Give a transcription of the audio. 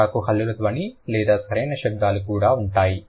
కోడాకు హల్లుల ధ్వని లేదా సరైన శబ్దాలు కూడా ఉంటాయి